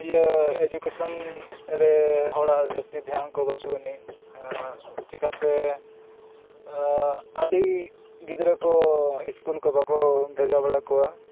ᱤᱭᱟᱹ ᱮᱰᱩᱠᱮᱥᱚᱱ ᱨᱮ ᱦᱚᱲᱟᱜ ᱡᱟᱹᱥᱛᱤ ᱫᱷᱮᱭᱟᱱ ᱠᱚ ᱵᱟᱪᱩ ᱟᱱᱤᱡ ᱪᱤᱠᱟᱹᱛᱮ ᱟᱹᱰᱤ ᱜᱤᱫᱽᱨᱟᱹ ᱠᱚ ᱥᱠᱩᱞ ᱠᱚ ᱵᱟᱠᱚ ᱵᱷᱮᱡᱟ ᱵᱟᱲᱟ ᱠᱚᱣᱟ